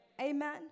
Amen